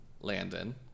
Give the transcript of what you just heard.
Landon